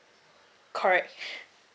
correct